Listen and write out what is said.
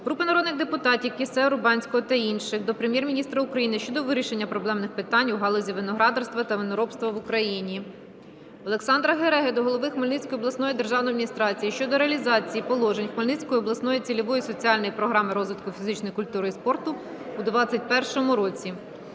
Групи народних депутатів (Кіссе, Урбанського та інших) до Прем'єр-міністра України щодо вирішення проблемних питань у галузі виноградарства та виноробства в Україні. Олександра Гереги до голови Хмельницької обласної державної адміністрації щодо реалізації положень Хмельницької обласної цільової соціальної програми розвитку фізичної культури і спорту у 2021 році.